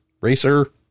racer